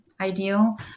ideal